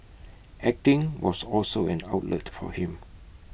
acting was also an outlet for him